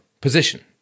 position